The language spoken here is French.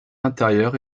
intérieur